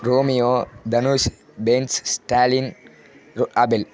Romeo Dhanush fans Stalin ரோ ஆபேல்